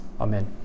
Amen